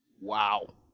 Wow